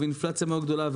אינפלציה מאוד גדולה,